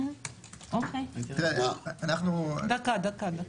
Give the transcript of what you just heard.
אנחנו --- דקה, דקה.